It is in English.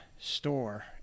store